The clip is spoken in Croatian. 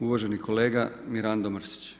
Uvaženi kolega Mirando Mrsić.